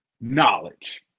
knowledge